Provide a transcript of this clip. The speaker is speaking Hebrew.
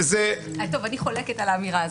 אני חולקת על האמירה הזאת.